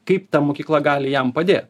kaip ta mokykla gali jam padėt